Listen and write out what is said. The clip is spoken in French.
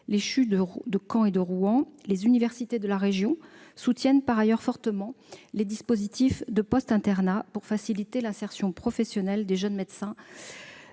(CHU) de Caen et de Rouen et les universités de la région soutiennent fortement les dispositifs de post-internat pour faciliter l'insertion professionnelle des jeunes médecins